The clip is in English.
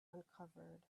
uncovered